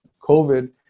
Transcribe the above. COVID